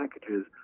packages